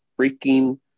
freaking